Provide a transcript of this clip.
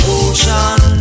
ocean